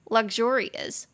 Luxurious